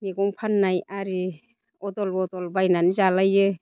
मैगं फाननाय आरि अदल बदल बायनानै जालायो